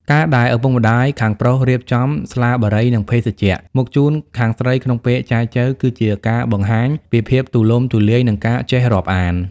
ការដែលឪពុកម្ដាយខាងប្រុសរៀបចំ "ស្លាបារី និងភេសជ្ជៈ" មកជូនខាងស្រីក្នុងពេលចែចូវ គឺជាការបង្ហាញពីភាពទូលំទូលាយ និងការចេះរាប់អាន។